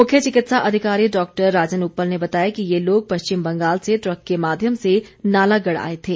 मुख्य चिकित्सा अधिकारी डॉक्टर राजन उप्पल ने बताया कि ये लोग पश्चिम बंगाल से ट्रक के माध्यम से नालागढ़ आए थे